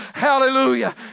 Hallelujah